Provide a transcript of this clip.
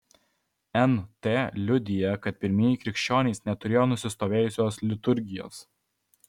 nt liudija kad pirmieji krikščionys neturėjo nusistovėjusios liturgijos